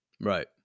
right